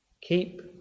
Keep